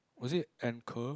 was it anchor